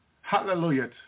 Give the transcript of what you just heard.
Hallelujah